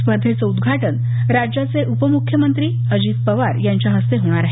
स्पर्धेचं उदघाटन राज्याचे उपमूख्यमंत्री अजित पवार यांच्या हस्ते होणार आहे